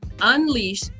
Unleash